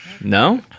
No